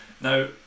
now